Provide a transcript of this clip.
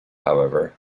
however